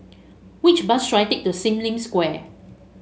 which bus should I take to Sim Lim Square